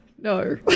No